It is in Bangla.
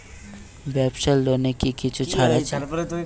ব্যাবসার লোনে কি কিছু ছাড় আছে?